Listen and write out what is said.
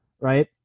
right